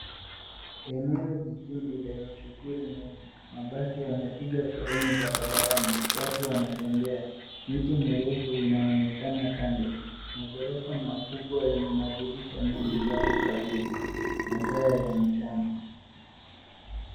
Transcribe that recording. Eneo jijini lenye shughuli nyingi. Mabasi yamepiga foleni barabarani. Watu wanatembea. Miti mirefu inaonekana kando. Magorofa makubwa yenye madirisha mengi yako karibu. Masaa ya mchana.